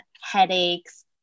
headaches